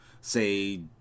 say